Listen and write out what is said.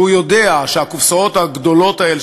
כשהוא יודע שהקופסאות הגדולות האלה,